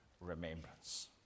remembrance